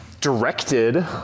directed